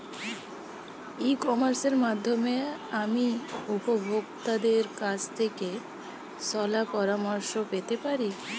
ই কমার্সের মাধ্যমে আমি উপভোগতাদের কাছ থেকে শলাপরামর্শ পেতে পারি?